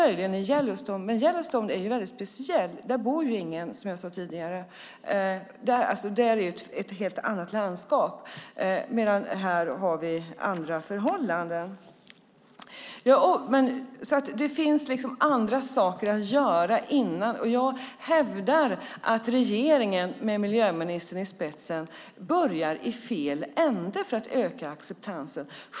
Möjligen i Yellowstone, men Yellowstone är väldigt speciellt. Där bor ju ingen, som jag sade tidigare. Det är ett helt annat landskap. Här har vi andra förhållanden. Det finns alltså andra saker att göra, och jag hävdar att regeringen med miljöministern i spetsen börjar i fel ände för att öka acceptansen.